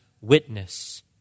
witness